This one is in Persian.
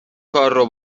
کارو